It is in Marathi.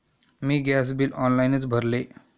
मी गॅस बिल ऑनलाइनच भरले